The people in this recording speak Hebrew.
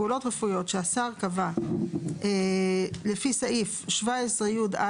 פעולות רפואיות שהשר קבע לפי סעיף 17י(א)